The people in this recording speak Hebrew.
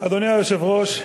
אדוני היושב-ראש,